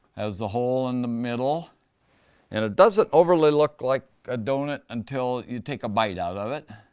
has the hole in the middle and it doesn't overly look like a donut until you take a bite out of it.